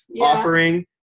offering